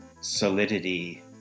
solidity